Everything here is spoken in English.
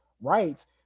rights